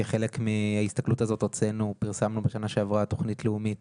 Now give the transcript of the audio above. כחלק מההסתכלות פרסמנו בשנה שעברה תוכנית לאומית